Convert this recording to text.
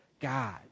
God